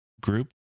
group